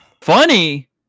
funny